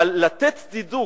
אבל לתת צידוק,